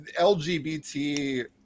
lgbt